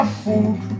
food